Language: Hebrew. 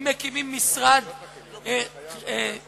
אם מקימים משרד תרבות,